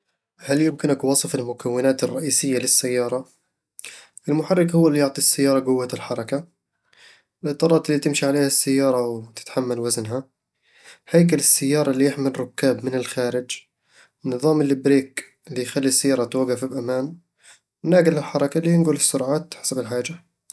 هل يمكنك وصف المكونات الرئيسية للسيارة؟ المحرك هو اللي يعطي السيارة قوة الحركة الإطارات اللي تمشي عليها السيارة وتتحمل وزنها هيكل السيارة اللي يحمي الركاب من الخارج نظام البريك اللي يخلي السيارة توقف بأمان ناقل الحركة اللي ينقل السرعات حسب الحاجة